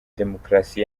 demokarasi